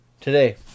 Today